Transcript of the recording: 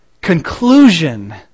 conclusion